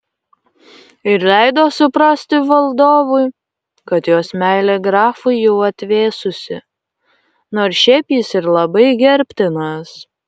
ir leido suprasti valdovui kad jos meilė grafui jau atvėsusi nors šiaip jis ir labai gerbtinas